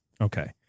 Okay